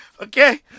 Okay